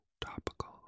topical